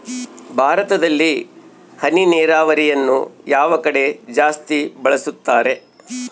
ಭಾರತದಲ್ಲಿ ಹನಿ ನೇರಾವರಿಯನ್ನು ಯಾವ ಕಡೆ ಜಾಸ್ತಿ ಬಳಸುತ್ತಾರೆ?